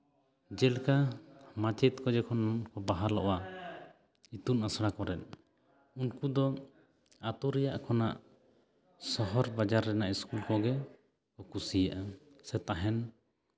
ᱪᱮᱫ ᱞᱮᱠᱟ ᱢᱟᱪᱮᱫ ᱠᱚ ᱡᱚᱠᱷᱚᱱ ᱠᱚ ᱵᱟᱦᱟᱞᱚᱜᱼᱟ ᱤᱛᱩᱱ ᱟᱥᱲᱟ ᱠᱚᱨᱮᱫ ᱩᱱᱠᱩ ᱫᱚ ᱟᱹᱛᱩ ᱨᱮᱭᱟᱜ ᱠᱷᱚᱱᱟᱜ ᱥᱚᱦᱚᱨ ᱵᱟᱡᱟᱨ ᱨᱮᱱᱟᱜ ᱤᱥᱠᱩᱞ ᱠᱚᱜᱮ ᱠᱚ ᱠᱩᱥᱤᱭᱟᱜᱼᱟ ᱥᱮ ᱛᱟᱦᱮᱱ